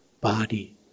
body